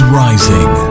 rising